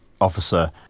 officer